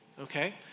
okay